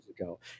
ago